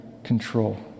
control